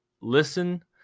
Listen